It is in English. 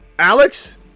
Alex